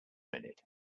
minute